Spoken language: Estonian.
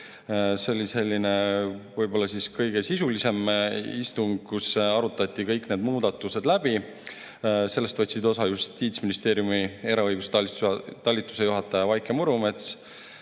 See oli võib-olla kõige sisulisem istung, kus arutati kõik need muudatused läbi. Sellest võtsid osa Justiitsministeeriumi eraõiguse talituse juhataja Vaike Murumets,